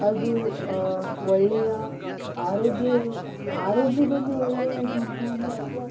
ಅದು ಒಳ್ಳೆಯ ಆರೋಗ್ಯ ಆರೋಗ್ಯದಲ್ಲಿ ಒಳ್ಳೆಯದಿರ್ಬೋದು ಅಥವಾ